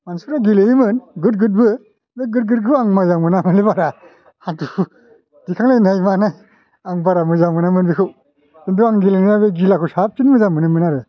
मानसिफ्रा गेलेयोमोन गोद गोदबो बे गोद गोदखौ आं मोजां मोनालै बारा हानथु दिखांलायनाय मानाय आं बारा मोजां मोनामोन बेखौ खिन्थु आं गेलेनाया बे गिलाखौ साबसिन मोजांं मोनोमोन आरो